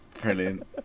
Brilliant